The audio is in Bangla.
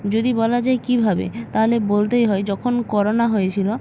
যদি বলা যায় কীভাবে তাহলে বলতেই হয় যখন করোনা হয়েছিল